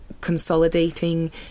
consolidating